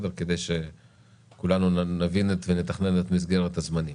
כדי שכולנו נבין ונתכנן את מסגרת הזמנים.